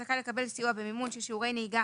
זכאי לקבל סיוע במימון של שיעורי נהיגה